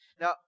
Now